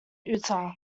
utah